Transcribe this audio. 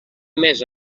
més